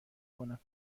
کنم